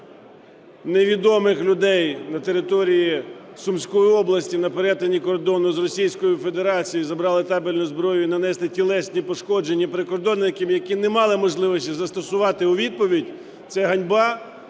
невідомих людей на території Сумської області на перетині кордону з Російську Федерацію забрали табельну зброю і нанесли тілесні пошкодження прикордонникам, які не мали можливості застосувати у відповідь – це ганьба.